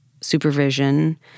supervision